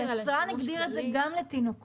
היצרן הגדיר את זה גם לתינוקות.